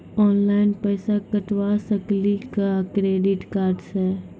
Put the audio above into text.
Online पैसा कटवा सकेली का क्रेडिट कार्ड सा?